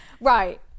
Right